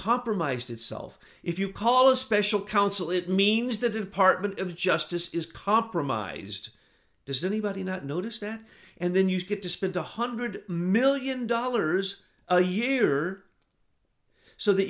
compromised itself if you call a special counsel it means the department of justice is compromised does anybody not notice that and then you get to spend a hundred million dollars a year or so that